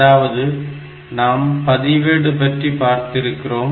அதாவது நாம் பதிவேடு பற்றி பார்த்திருக்கிறோம்